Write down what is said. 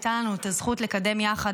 הייתה לנו הזכות לקדם יחד,